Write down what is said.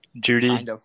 Judy